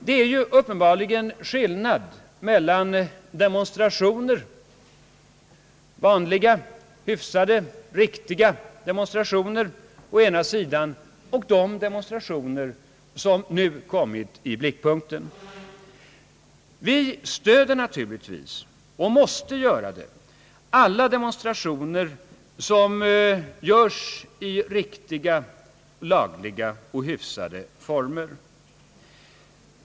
Det är uppenbarligen skillnad mellan lagliga och riktiga demonstrationer och de demonstrationer som nu kommit i blickpunkten. Vi stöder naturligtvis — och måste göra det — alla demonstrationer som sker i lagliga och hyfsade former.